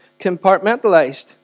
compartmentalized